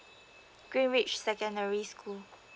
greenwidge secondary school